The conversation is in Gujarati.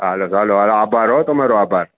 હાલો હાલો આબહર હો તમારો આભાર